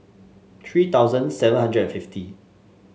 three thousand seven hundred fifty